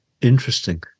interesting